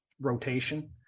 rotation